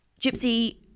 Gypsy